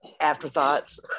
Afterthoughts